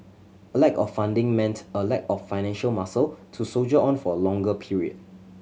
a lack of funding meant a lack of financial muscle to soldier on for a longer period